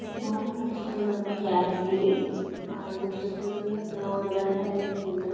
ഒരുപാട് നക്ഷത്രങ്ങളുള്ള നമ്മുടെ ഗാലക്സിയിൽ നക്ഷത്രങ്ങളിൽ ഓരോന്നായിട്ട് തരം തിരിച്ചിട്ടുണ്ട്